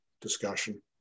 discussion